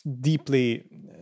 deeply